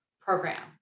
program